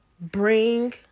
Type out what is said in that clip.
bring